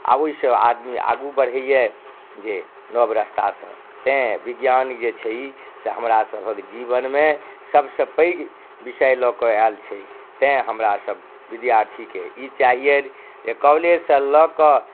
आ ओहिसँ आदमी आगू बढ़ैया जे नव रस्तासँ तैॅं विज्ञान जे छै ई से हमरा सभक जीवनमे सभसँ पैघ विषय लऽ कऽ आयल छै तैॅं हमरा सभ विद्यार्थीके ई चाहिए जे कॉलेजसँ लऽ कऽ